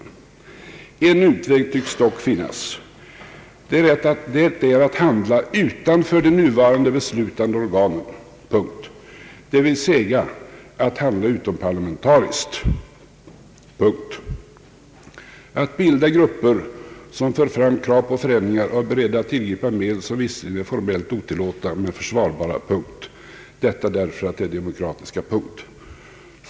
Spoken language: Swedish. En utväg tycks dock finnas. Det är att handla utanför de nuvarande beslutande organen. Det vill säga att handla utomparlamentariskt. Att bilda grupper som för fram krav på förändringar och är beredda att tillgripa medel som visserligen är formellt otillåtna, men försvarbara. Detta därför att de är demokratiska.